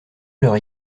leur